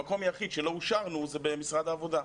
המקום היחיד שלא אושרנו זה במשרד העבודה.